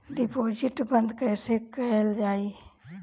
Deposit बंद कैसे कैल जाइ?